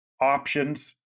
options